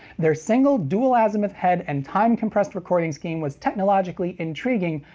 their single dual-azimuth head and time-compressed recording scheme was technologically intriguing,